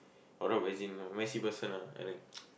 wardrobe as in messy person ah as in